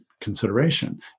consideration